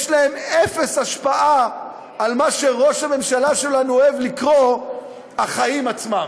יש להם אפס השפעה על מה שראש הממשלה שלנו אוהב לקרוא לו "החיים עצמם".